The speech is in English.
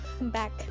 back